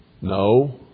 No